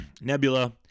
Nebula